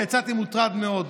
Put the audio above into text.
יצאתי מוטרד מאוד.